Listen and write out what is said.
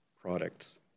products